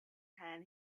hand